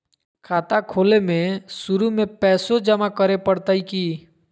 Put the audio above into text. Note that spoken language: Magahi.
खाता खोले में शुरू में पैसो जमा करे पड़तई की?